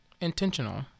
intentional